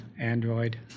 Android